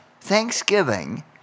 Thanksgiving